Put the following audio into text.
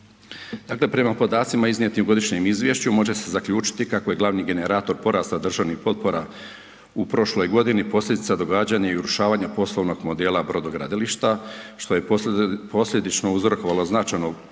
Dakle prema podacima iznijetim u godišnjem izvješću može se zaključiti kako je glavni generator porasta državnih potpora u prošloj godini posljedica događanja i urušavanja poslovnog modela brodogradilišta što je posljedično uzrokovalo značajno